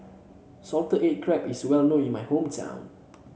Salted Egg Crab is well known in my hometown